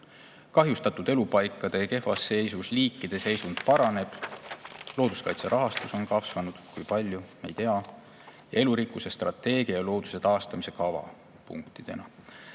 kahjustatud elupaikade ja kehvas seisus liikide seisund paraneb, looduskaitse rahastus on kasvanud – kui palju, ei tea –, elurikkuse strateegia ja looduse taastamise kava. Need on